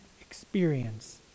experience